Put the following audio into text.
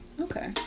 Okay